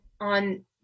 on